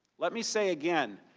let me say again,